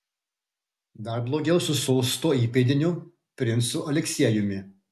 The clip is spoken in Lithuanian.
dar blogiau su sosto įpėdiniu princu aleksiejumi